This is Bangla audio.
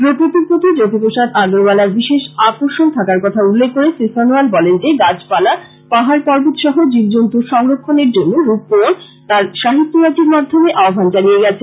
প্রকৃতির প্রতি জ্যোতিপ্রসাদ আগরওয়ালার বিশেষ আকর্ষণ থাকার কথা উল্লেখ করে শ্রী সনোয়াল বলেন যে গাছ পালা পাহাড় পর্বত সহ জীব জন্তুর সংরক্ষণের জন্য রুপকোঁয়র তাঁর সাহিত্যরাজির মাধ্যমে আহ্বান জানিয়ে গেছেন